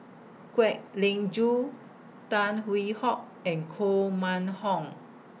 Kwek Leng Joo Tan Hwee Hock and Koh Mun Hong